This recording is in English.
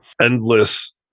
endless